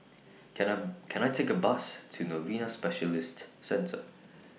Can I Can I Take A Bus to Novena Specialist Centre